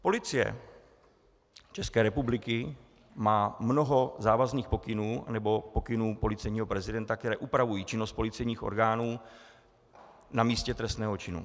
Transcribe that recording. Policie ČR má mnoho závazných pokynů nebo pokynů policejního prezidenta, které upravují činnost policejních orgánů na místě trestného činu.